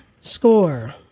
score